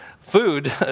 food